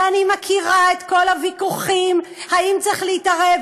ואני מכירה את כל הוויכוחים: האם צריך להתערב,